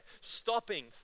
stopping